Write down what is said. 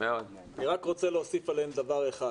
אני רק רוצה להוסיף עליהן דבר אחד.